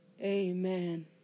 Amen